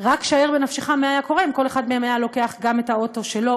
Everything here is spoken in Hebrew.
רק שער בנפשך מה היה קורה אם כל אחד מהם היה לוקח גם את האוטו שלו,